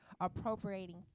appropriating